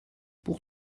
pour